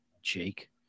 Jake